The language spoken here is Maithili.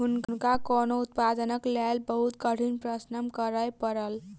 हुनका कोको उत्पादनक लेल बहुत कठिन परिश्रम करय पड़ल